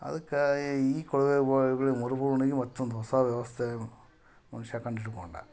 ಅದಕ್ಕೆ ಈ ಕೊಳವೆ ಬಾವಿಗಳಿಗೆ ಮರುಪೂರ್ಣಾಗಿ ಮತ್ತೊಂದು ಹೊಸ ವ್ಯವಸ್ಥೆ ಮನುಷ್ಯ ಕಂಡು ಹಿಡಕೊಂಡ